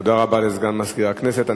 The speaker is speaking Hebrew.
תודה רבה לסגן מזכירת הכנסת.